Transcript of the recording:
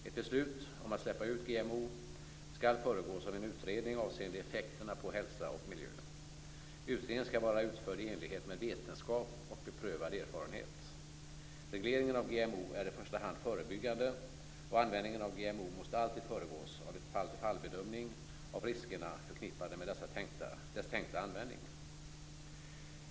Ett beslut om att släppa ut GMO skall föregås av en utredning avseende effekterna på hälsa och miljö. Utredningen skall vara utförd i enlighet med vetenskap och beprövad erfarenhet. Regleringen av GMO är i första hand förebyggande, och användningen av GMO måste alltid föregås av en fall-till-fall-bedömning av riskerna förknippade med dess tänkta användning.